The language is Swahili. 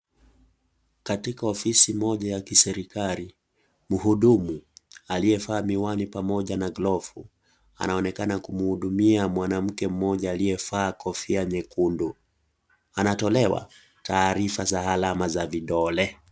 Katika ofisi moja ya kiserikali, muhudumu aliye vaa miwani pamoja na glovu, anaonekana kumuhudumia mwanamke mmja aliyevaa kofia nyekundu, anatolewa taarifa za alama za vidole.